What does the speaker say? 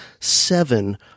seven